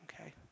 okay